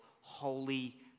holy